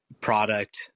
product